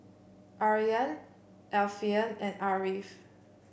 Aryan Alfian and Ariff